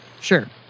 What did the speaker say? Sure